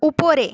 উপরে